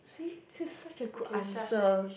see this is such a good answer